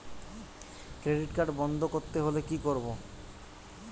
Credit card বন্ধ করতে হলে কি করব?